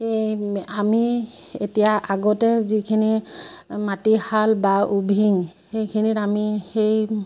সেই আমি এতিয়া আগতে যিখিনি মাটিশাল বা উভিং সেইখিনিত আমি সেই